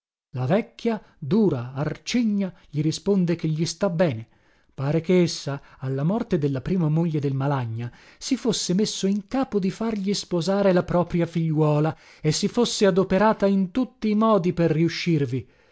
la vecchia dura arcigna gli risponde che gli sta bene pare che essa alla morte della prima moglie del malagna si fosse messo in capo di fargli sposare la propria figliuola e si fosse adoperata in tutti i modi per riuscirvi